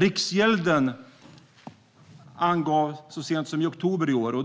Riksgälden angav så sent som i oktober i år